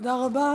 תודה רבה.